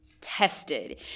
tested